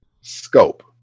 scope